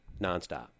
nonstop